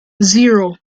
zero